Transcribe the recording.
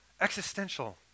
existential